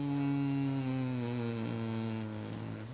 mm